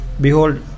behold